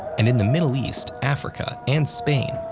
and in the middle east, africa, and spain,